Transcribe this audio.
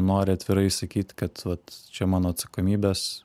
nori atvirai sakyt kad vat čia mano atsakomybės